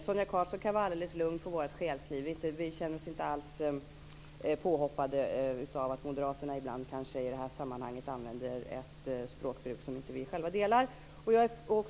Sonia Karlsson kan alltså vara alldeles lugn för våra själsliv. Vi känner oss inte alls påhoppade av att moderaterna ibland i detta sammanhang kanske använder ett språkbruk som vi inte håller med om.